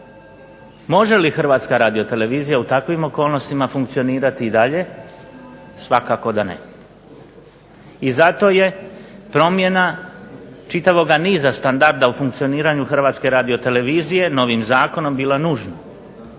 Može li Hrvatska radiotelevizija u takvim okolnostima funkcionirati i dalje, svakako da ne. I zato je promjena čitavoga niza standarda u funkcioniranju Hrvatske radiotelevizije novim zakonom bila nužna.